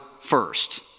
first